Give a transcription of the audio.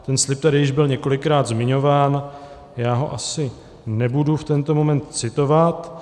Ten slib tady již byl několikrát zmiňován a já ho asi nebudu v tento moment citovat.